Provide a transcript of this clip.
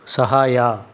ಸಹಾಯ